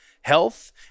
health